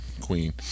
queen